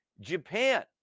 Japan